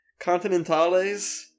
Continentales